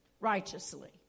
righteously